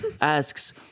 asks